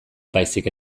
baizik